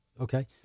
okay